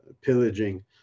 pillaging